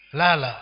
lala